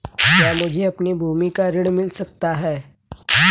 क्या मुझे अपनी भूमि पर ऋण मिल सकता है?